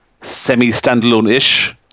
semi-standalone-ish